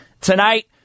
Tonight